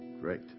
Great